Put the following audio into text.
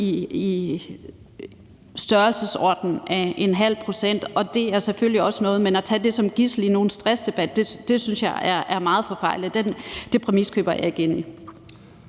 i størrelsesordenen ½ pct., og det er selvfølgelig også noget, men at tage det som gidsel i en stressdebat synes jeg er meget forfejlet. Den præmis køber jeg ikke.